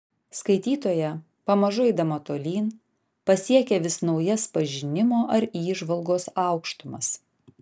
skaitytoja pamažu eidama tolyn pasiekia vis naujas pažinimo ar įžvalgos aukštumas